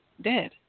dead